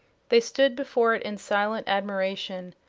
they stood before it in silent admiration.